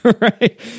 right